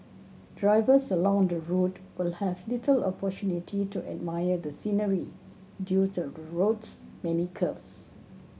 drivers along the route will have little opportunity to admire the scenery due to the road's many curves